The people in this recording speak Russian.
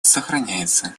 сохраняется